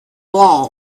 law